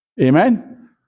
Amen